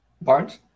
Barnes